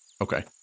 okay